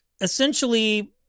essentially